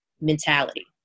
mentality